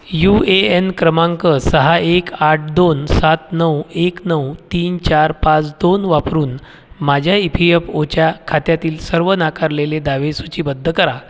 you A N क्रमांक सहा एक आठ दोन सात नऊ एक नऊ तीन चार पाच दोन वापरून माझ्या ई पी एफ ओच्या खात्यातील सर्व नाकारलेले दावे सूचीबद्ध करा